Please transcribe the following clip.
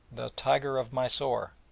the tiger of mysore,